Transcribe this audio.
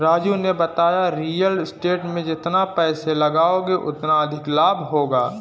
राजू ने बताया real estate में जितना पैसे लगाओगे उतना अधिक लाभ होगा